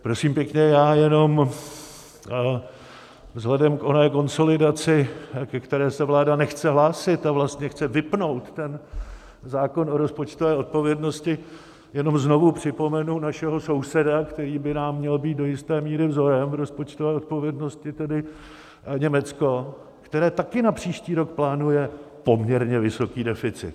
Prosím pěkně, já jenom vzhledem k oné konsolidaci, ke které se vláda nechce hlásit, a vlastně chce vypnout ten zákon o rozpočtové odpovědnosti, znovu připomenu našeho souseda, který by nám měl být do jisté míry vzorem v rozpočtové odpovědnosti, tedy Německo, které také na příští rok plánuje poměrně vysoký deficit.